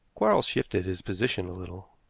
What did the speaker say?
quarles shifted his position a little.